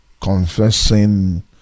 confessing